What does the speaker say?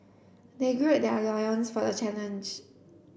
they gird their loins for the challenge